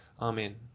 Amen